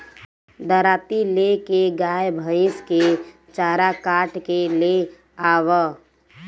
दराँती ले के गाय भईस के चारा काट के ले आवअ